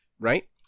right